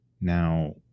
now